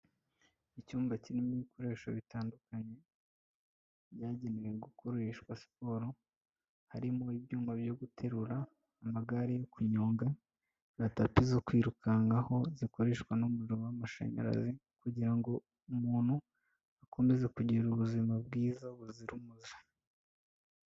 Icyumba kirimo ibikoresho bitandukanye byagenewe gukoreshwa siporo harimo ibyuma byo guterura ,amagare yo kunyonga na tapi zo kwirukankaho zikoreshwa n'umuriro w'amashanyarazi kugira ngo umuntu akomeze kugira ubuzima bwiza buzira umuze.